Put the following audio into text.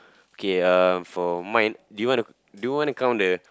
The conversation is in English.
okay uh for mine do you want do you want to count the